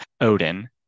Odin